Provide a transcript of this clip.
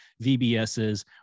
VBSs